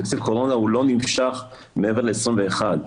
תקציב קורונה לא נמשך מעבר ל-2021.